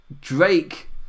Drake